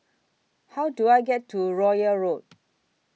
How Do I get to Royal Road